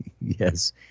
Yes